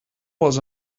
was